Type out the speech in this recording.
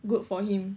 good for him